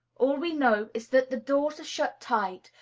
all we know is that the doors are shut tight,